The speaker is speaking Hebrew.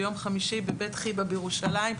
ביום חמישי בבית חיב"ה בירושלים,